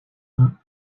not